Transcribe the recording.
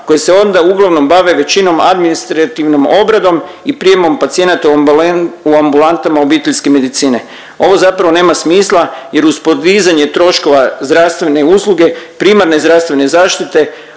koje se onda uglavnom bave većinom administrativnom obradom i prijemom pacijenata u ambulantama obiteljske medicine. Ovo zapravo nema smisla jer uz podizanje troškova zdravstvene usluge primarne zdravstvene zaštite